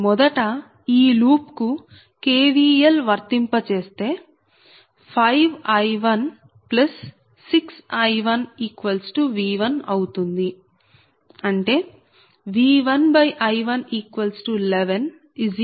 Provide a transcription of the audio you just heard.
మొదట ఈ లూప్ కు KVL వర్తింపజేస్తే 5×I16×I1V1 అవుతుంది అంటే V1I111Z11